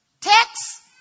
text